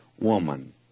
woman